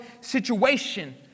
situation